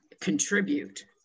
contribute